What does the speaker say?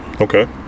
Okay